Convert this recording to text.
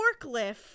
forklift